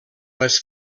les